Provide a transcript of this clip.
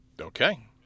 okay